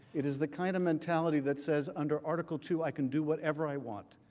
it is the kind of mentality that says under article two i can do whatever i want.